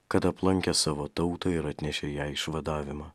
kad aplankė savo tautą ir atnešė jai išvadavimą